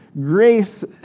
grace